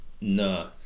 No